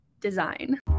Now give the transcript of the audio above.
design